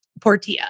Portia